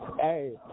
hey